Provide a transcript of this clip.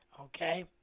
okay